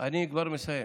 אני כבר מסיים,